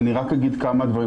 אני אגיד כמה דברים.